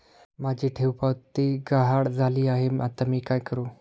माझी ठेवपावती गहाळ झाली आहे, आता मी काय करु?